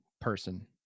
person